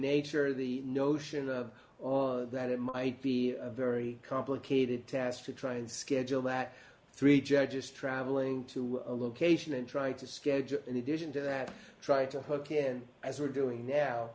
nature the notion of or that it might be a very complicated task to try and schedule that three judges traveling to a location and try to schedule in addition to that try to hook in as we're doing now